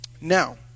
Now